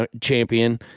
champion